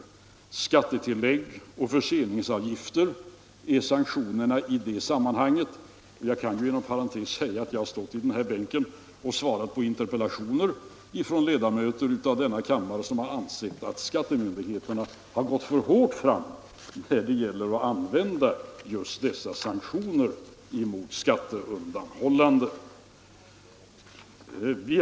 De sanktioner som införs är skattetillägg och förseningsavgifter. Jag kan inom parentes nämna att jag från min bänk här i kammaren har besvarat interpellationer från ledamöter som ansett att skattemyndigheterna har gått för hårt fram när det gäller att använda dessa sanktioner mot skatteundanhållanden.